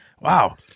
Wow